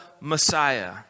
Messiah